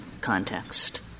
context